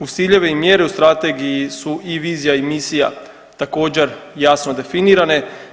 Uz ciljeve i mjere u strategiji su i vizija i misija također jasno definirane.